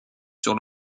sur